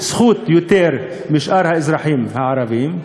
זכות יותר משאר האזרחים הערבים,